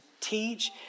teach